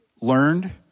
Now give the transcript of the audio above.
learned